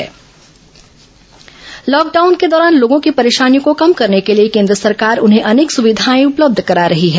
केन्द्र जन धन योजना लॉकडाउन के दौरान लोगों की परेशानियों को कम करने के लिए केन्द्र सरकार उन्हें अनेक सुविधाएं उपलब्ध करा रही हैं